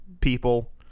people